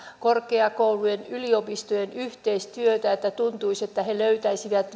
korkeakoulujen yliopistojen yhteistyötä tuntuisi että he löytäisivät